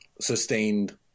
sustained